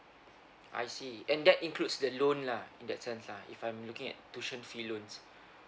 I see and that includes the loan lah in that sense lah if I'm looking at tuition fee loans